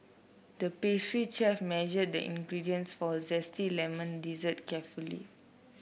the pastry chef measured the ingredients for a zesty lemon dessert carefully